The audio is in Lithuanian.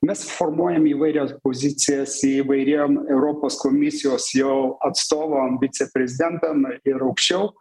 mes formuojam įvairias pozicijas įvairiem europos komisijos jau atstovam viceprezidentam ir aukščiau